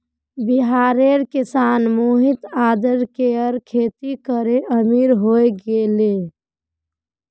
बिहारेर किसान मोहित अदरकेर खेती करे अमीर हय गेले